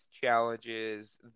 challenges